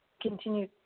continue